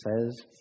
says